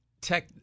tech